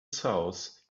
south